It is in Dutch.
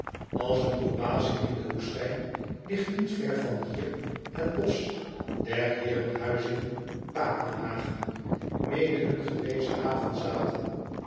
ls eene oase in de woestijn ligt niet ver van hier het bosch der heerenhuizinge a k e n h a g e n mede een gewezen havezathe